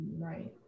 Right